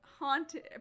haunted